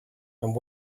and